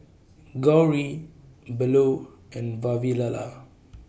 Gauri Bellur and Vavilala